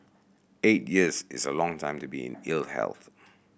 eight years is a long time to be in ill health